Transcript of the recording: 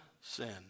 sin